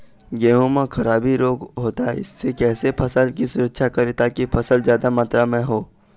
गेहूं म खराबी रोग होता इससे कैसे फसल की सुरक्षा करें ताकि फसल जादा मात्रा म हो?